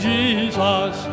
Jesus